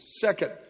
Second